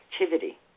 activity